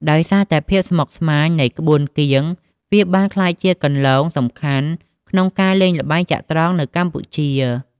ដោយសារតែភាពស្មុគស្មាញនៃក្បួនគៀង វាបានក្លាយជាគន្លងសំខាន់ក្នុងការលេងល្បែងចត្រង្គនៅកម្ពុជា។